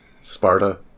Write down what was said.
Sparta